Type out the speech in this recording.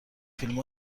فیلم